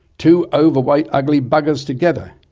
two overweight, ugly buggers together!